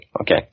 Okay